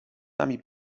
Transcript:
nami